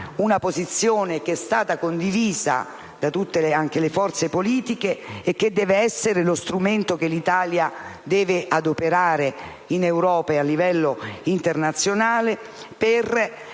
una posizione che è stata condivisa da tutte le forze politiche e che deve essere lo strumento che l'Italia deve adoperare, in Europa e a livello internazionale, per